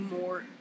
more